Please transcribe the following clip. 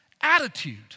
attitude